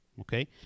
okay